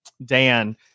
Dan